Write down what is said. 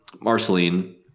Marceline